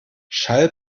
schall